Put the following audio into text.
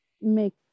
make